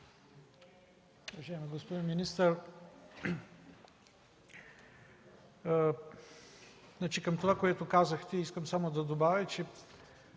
Уважаеми господин министър, към това, което казахте, искам само да добавя,